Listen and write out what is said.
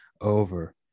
over